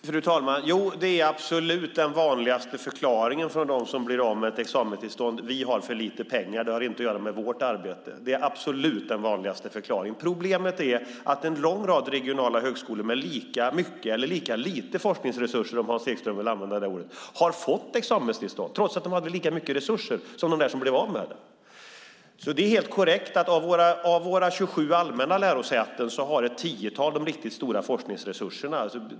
Fru talman! Den absolut vanligaste förklaringen från dem som blir av med ett examenstillstånd är: Vi har för lite pengar; det har inget med vårt arbete att göra. Men sanningen är att en lång rad regionala högskolor har fått examenstillstånd trots att de har lika mycket forskningsresurser, eller lite om Hans Ekström hellre vill, som de som blivit av med det. Det är korrekt att ett tiotal av våra 27 allmänna lärosäten har de riktigt stora forskningsresurserna.